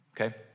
okay